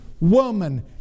woman